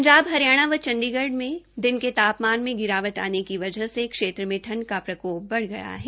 पंजाब हरियाणा व चंडीगढ़ में दिन के तापमान में गिरावट आने की वजह से क्षेत्र में ठंड का प्रकोप बढ़ गया है